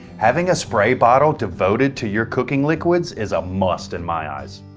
having a spay bottle devoted to your cooking liquids is a must in my eyes.